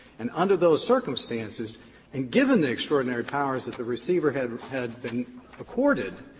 and under those circumstances and given the extraordinary powers that the receiver had had been accorded,